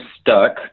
stuck